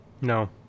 No